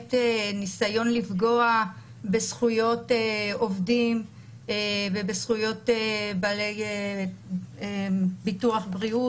באמת ניסיון לפגוע בזכויות עובדים ובזכויות בעלי ביטוח בריאות.